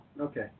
Okay